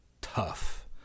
tough